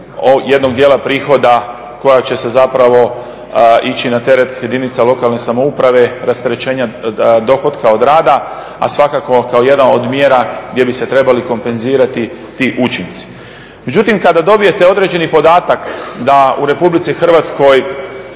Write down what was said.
jednog dijela prihoda koja će se zapravo ići na teret jedinica lokalne samouprave, rasterećenja dohotka od rada a svakako kao jedna od mjera gdje bi se trebali kompenzirati ti učinci. Međutim, kada dobijete određeni podatak da u Republici Hrvatskoj